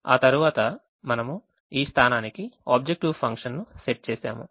ఆ తరువాత మనము ఈ స్థానానికి ఆబ్జెక్టివ్ ఫంక్షన్ ను సెట్ చేసాము